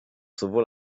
sowohl